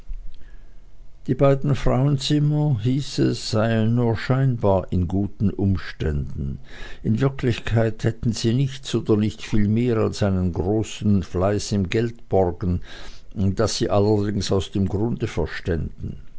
die beiden frauenzimmer hieß es seien nur scheinbar in guten umständen in wirklichkeit hätten sie nichts oder nicht viel mehr als einen großen fleiß im geldborgen das sie allerdings aus dem grunde verständen